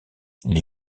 les